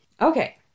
Okay